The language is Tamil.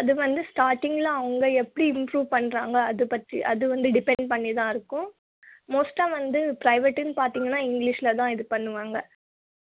அது வந்து ஸ்டார்ட்டிங்கில் அவங்க எப்படி இம்ப்ரூவ் பண்ணுறாங்க அதைப் பற்றி அது வந்து டிப்பண்ட் பண்ணிதான் இருக்கும் மோஸ்ட்டாக வந்து ப்ரைவேட்டுன்னு பார்த்தீங்கன்னா இங்கிலீஷில்தான் இது பண்ணுவாங்க